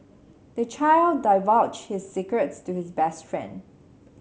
the child divulged his secrets to his best friend